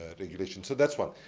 regulation. so, that's one.